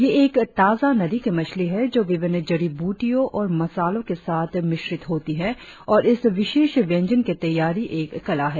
यह एक ताजा नदी की मछली है जो विभिन्न जड़ी बूटियों और मसालो के साथ मिश्रित होती है और इस विशेष व्यंजन की तैयारी एक कला है